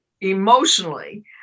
emotionally